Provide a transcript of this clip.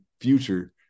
future